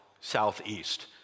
Southeast